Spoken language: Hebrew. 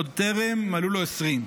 עוד טרם מלאו לו 20,